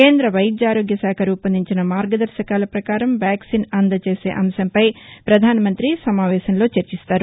కేంద్ర వైద్య ఆరోగ్య శాఖ రూపొందించిన మార్గదర్శకాల ప్రకారం వ్యాక్సిన్ అందజేసే అంశంపై పధానమంతి సమావేశంలో చర్చిస్తారు